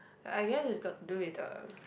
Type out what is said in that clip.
I guess it's got do with the